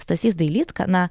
stasys dailydka na